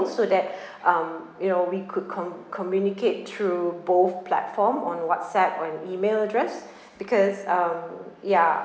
so that um you know we could comm~ communicate through both platform on WhatsApp on email address because um ya